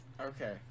Okay